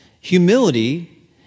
humility